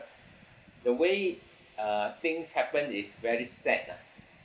the way uh things happens is very sad lah